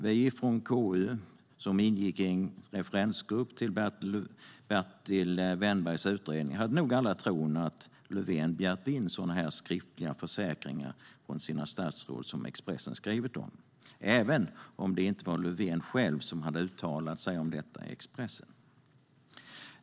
Vi från KU som ingick i en referensgrupp till Bertil Wennbergs utredning hade nog tron att Löfven hade begärt in sådana skriftliga försäkringar från sina statsråd som Expressen har skrivit om, även om det inte var Löfven själv som hade uttalat sig om detta i Expressen.